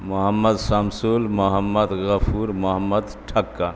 Muhammad Shamsul Mohammad Ghafoor Mohammad ٹھکا